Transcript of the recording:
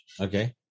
Okay